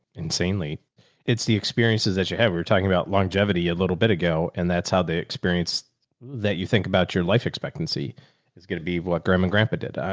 insanely it's the experiences that you have. we were talking about longevity a little bit ago, and that's how they experienced that you think about your life expectancy is going to be what grandma and grandpa did.